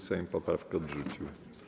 Sejm poprawkę odrzucił.